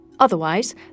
Otherwise